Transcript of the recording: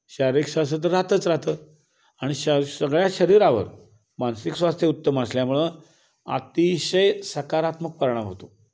शारीरिक स्वास्थ्य तर राहतच राहतं आणि श सगळ्या शरीरावर मानसिक स्वास्थ्य उत्तम असल्यामुळं अतिशय सकारात्मक परिणाम होतो